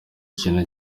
kintu